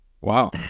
Wow